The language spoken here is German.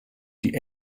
die